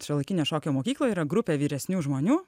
šiuolaikinio šokio mokykloj yra grupė vyresnių žmonių